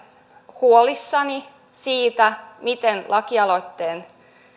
huolissani siitä miten lakialoitteen